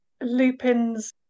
Lupin's